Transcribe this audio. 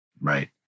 Right